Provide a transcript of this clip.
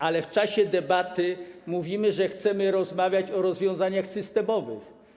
Ale w czasie debaty mówimy, że chcemy rozmawiać o rozwiązaniach systemowych.